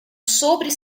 sobre